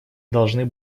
должны